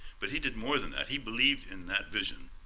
but he did more than that. he believed in that vision.